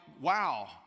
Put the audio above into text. wow